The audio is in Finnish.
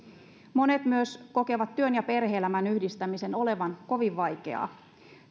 monet myös kokevat työn ja perhe elämän yhdistämisen olevan kovin vaikeaa